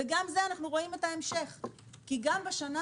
וגם בזה